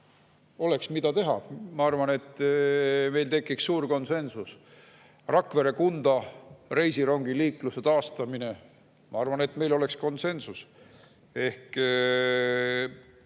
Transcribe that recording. oleks, mida teha. Ma arvan, et meil tekiks suur konsensus. Rakvere–Kunda reisirongiliikluse taastamine – ma arvan, et meil oleks konsensus. Ehk